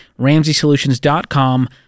RamseySolutions.com